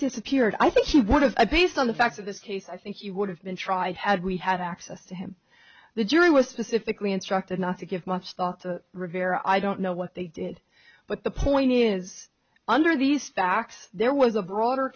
disappeared i think he was at these on the facts of this case i think he would have been tried had we had access to him the jury was specifically instructed not to give much thought to rivera i don't know what they did but the point is under these facts there was a broader